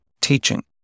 teaching